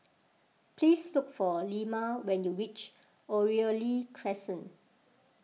please look for Ilma when you reach Oriole Crescent